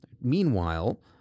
Meanwhile